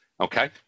Okay